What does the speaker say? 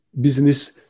business